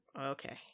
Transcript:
Okay